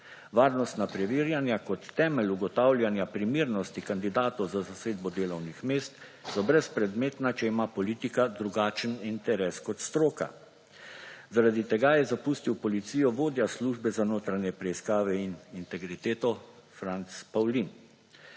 Varnostna preverjanja, kot temelj ugotavljanja primernosti kandidatov za zasedbo delovnih mest, so brezpredmetna, če ima politika drugačen interes kot stroka. Zaradi tega je zapustil policijo vodja službe za notranje preiskave in integriteto Franc Pavlin.